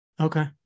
Okay